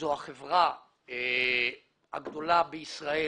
זו החברה הגדולה בישראל